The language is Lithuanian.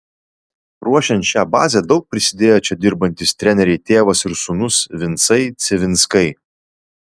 ruošiant šią bazę daug prisidėjo čia dirbantys treneriai tėvas ir sūnus vincai civinskai